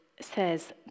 says